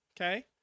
Okay